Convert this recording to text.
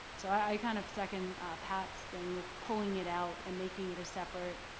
so i kind of second pat's thing of pulling it out and making it a separate